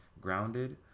grounded